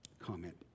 comment